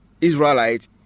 Israelite